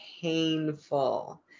painful